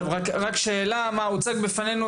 טוב, רק שאלה, מה הוצג פנינו,